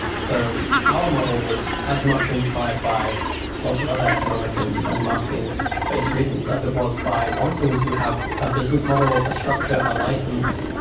so our model was as much inspired by lots of other economic and and marketing-based reasons, as it was by wanting to have a business model, a structure, a license,